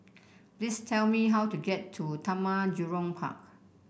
please tell me how to get to Taman Jurong Park